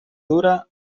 dura